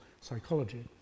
psychology